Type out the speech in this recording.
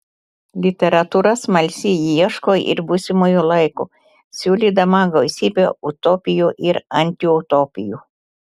literatūra smalsi ji ieško ir būsimojo laiko siūlydama gausybę utopijų ir antiutopijų